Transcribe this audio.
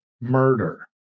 murder